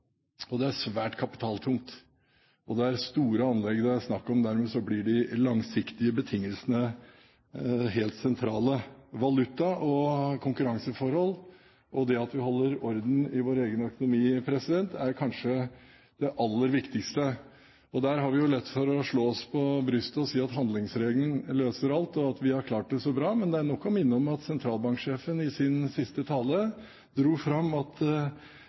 og de er svært kapitaltunge, og det er store anlegg det er snakk om. Dermed blir de langsiktige betingelsene helt sentrale. Valuta og konkurranseforhold og det at vi holder orden i vår egen økonomi, er kanskje det aller viktigste. Der har vi lett for å slå oss på brystet og si at handlingsregelen løser alt, og at vi har klart det så bra. Men det er nok å minne om at sentralbanksjefen i sin siste tale dro fram at